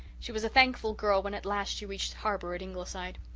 she was a thankful girl when at last she reached harbour at ingleside.